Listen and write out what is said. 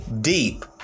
deep